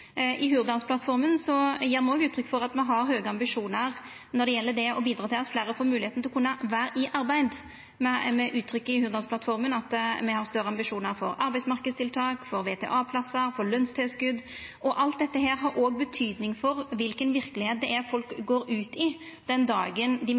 I Hurdalsplattforma gjev me også uttrykk for at me har høge ambisjonar når det gjeld å bidra til at fleire får ei moglegheit til å kunna vera i arbeid. Me gjev uttrykk for i Hurdalsplattforma at me har større ambisjonar for arbeidsmarknadstiltak, for VTA-plassar, lønstilskot. Alt dette har også betyding for den verkelegheita folk går ut i den dagen dei